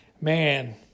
man